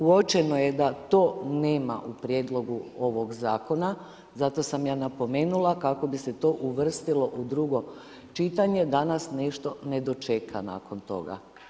Uočeno je da to nema u Prijedlogu ovog zakona, zato sam ja napomenula kako bi se to uvrstilo u drugo čitanje, da nas nešto ne dočeka nakon toga.